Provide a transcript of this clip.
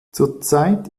zurzeit